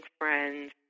friends